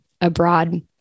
abroad